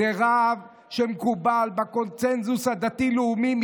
זה רב שמקובל בקונסנזוס הדתי-לאומי,